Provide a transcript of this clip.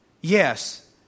Yes